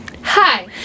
Hi